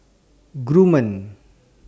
Gourmet